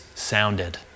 sounded